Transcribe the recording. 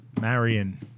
Marion